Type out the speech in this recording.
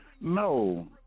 No